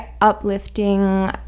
uplifting